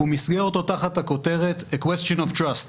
הוא מסגר אותו תחת הכותרת "a question of trust",